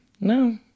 no